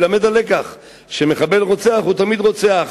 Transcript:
יילמד הלקח שמחבל רוצח הוא תמיד רוצח,